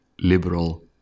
liberal